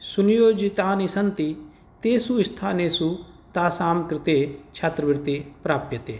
सुनियोजितानि सन्ति तेषु स्थानेसु तासां कृते छात्रवृत्तिः प्राप्यते